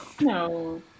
No